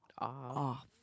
off